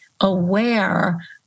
aware